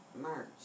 March